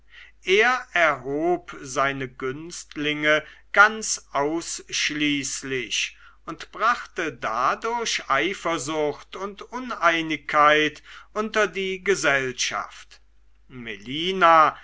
er erhob seine günstlinge ganz ausschließlich und brachte dadurch eifersucht und uneinigkeit unter die gesellschaft melina